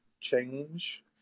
change